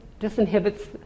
disinhibits